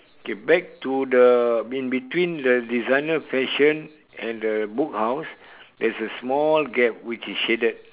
okay back to the in between the designer fashion and the book house there's a small gap which is shaded